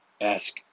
Ask